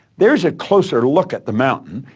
there's a closer look at the mountain,